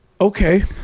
Okay